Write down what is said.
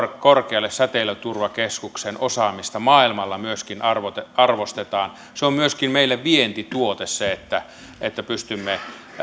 korkealle säteilyturvakeskuksen osaamista maailmalla myöskin arvostetaan arvostetaan se on myöskin meille vientituote että että pystymme